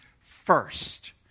first